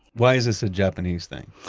why is this a japanese thing?